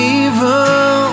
evil